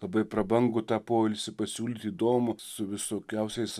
labai prabangų tą poilsį pasiūlyt įdomų su visokiausiais